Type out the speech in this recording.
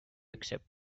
accept